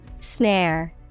Snare